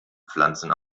pflanzen